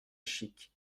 chique